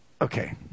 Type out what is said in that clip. okay